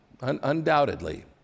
undoubtedly